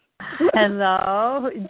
Hello